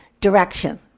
direction